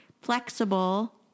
flexible